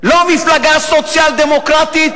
לא מפלגה סוציאל-דמוקרטית,